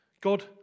God